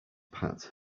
pat